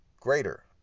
greater